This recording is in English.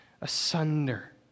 asunder